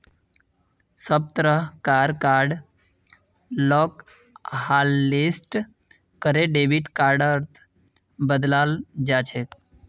सब तरह car card lock hotlist करे डेबिट कार्डत बदलाल जाछेक